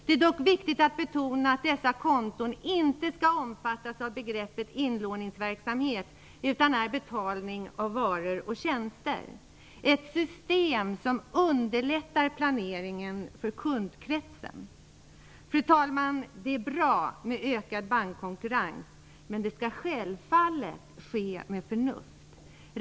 Det är dock viktigt att betona att dessa konton inte skall omfattas av begreppet inlåningsverksamhet, utan att det är fråga om betalning av varor och tjänster - ett system som underlättar planeringen för kundkretsen. Fru talman! Det är bra med ökad bankkonkurrens, men den skall självfallet ske med förnuft.